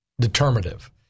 determinative